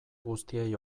guztiei